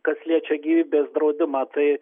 kas liečia gyvybės draudimą tai